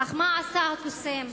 אך מה עשה הקוסם?